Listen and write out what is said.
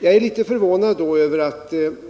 Jag är litet förvånad över